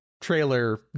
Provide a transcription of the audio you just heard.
trailer